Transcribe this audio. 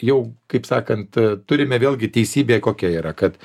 jau kaip sakant turime vėlgi teisybė kokia yra kad